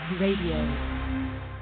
radio